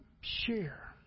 share